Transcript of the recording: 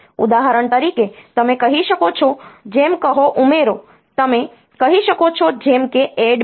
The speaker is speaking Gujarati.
ઉદાહરણ તરીકે તમે કહી શકો છો જેમ કહો ઉમેરો તમે કહી શકો છો જેમ કે ADD B